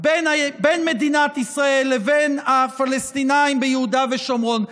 בין מדינת ישראל לבין הפלסטינים ביהודה ושומרון,